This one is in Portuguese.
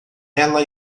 ela